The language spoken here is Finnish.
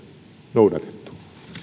noudatettu